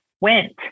went